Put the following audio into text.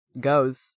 goes